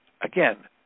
Again